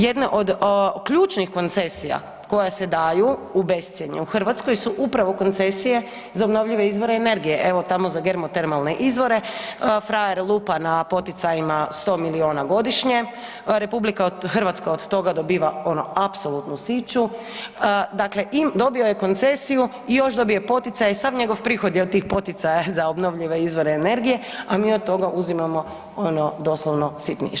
Jedne od ključnih koncesija koje se daju u bescjenje u Hrvatskoj su upravo koncesije za obnovljive izvore energije, evo, tamo za germotermalne izvore, frajer lupa na poticajima 100 milijuna godišnje, RH od toga dobiva ono apsolutno siću, dakle, dobio je koncesiju i još dobije poticaje i sav njegov prihod je od tih poticaja za obnovljive izvore energije, a mi od toga uzimamo ono doslovno sitniš.